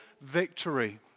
victory